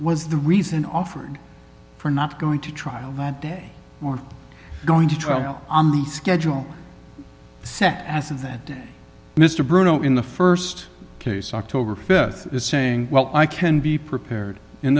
was the reason offered for not going to trial that day or going to trial on the schedule sec as of that day mr bruno in the st case october th is saying well i can be prepared